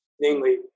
namely